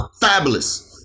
fabulous